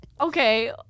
okay